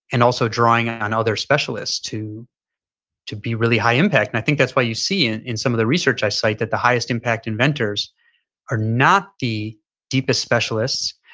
and also drawing on other specialists to to be really high impact i think that's why you see in in some of the research i cite that the highest impact inventors are not the deepest specialists,